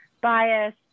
bias